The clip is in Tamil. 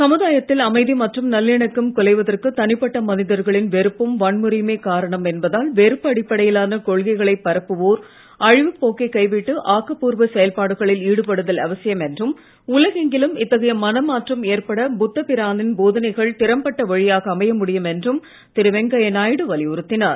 சமுதாயத்தில் அமைதி மற்றும் நல்லிணக்கம் குலைவதற்கு தனிப்பட்ட மனிதர்களின் வெறுப்பும் வன்முறையுமே காரணம் என்பதால் வெறுப்பு அடிப்பபடையிலான கொள்கைகளைப் பரப்புவோர் அழிவுப் போக்கை கைவிட்டு ஆக்கப்பூர்வ செயல்பாடுகளில் ஈடுபடுதல் அவசியம் என்றும் உலகெங்கிலும் இத்தகைய மனமாற்றம் ஏற்பட புத்த பிரானின் போதனைகள் திறம்பட்ட வழியாக அமையமுடியும் திரு வெங்கைய நாயுடு வலியுறுத்தினார்